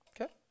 Okay